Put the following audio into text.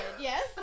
Yes